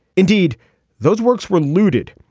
indeed those works were looted.